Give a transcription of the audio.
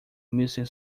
missing